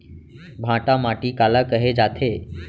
भांटा माटी काला कहे जाथे?